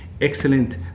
excellent